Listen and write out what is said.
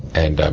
and,